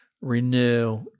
Renew